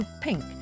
pink